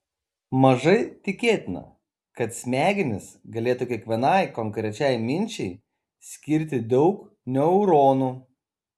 mažai tikėtina kad smegenys galėtų kiekvienai konkrečiai minčiai skirti daug neuronų